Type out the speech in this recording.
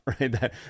right